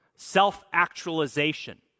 Self-actualization